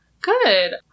Good